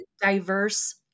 diverse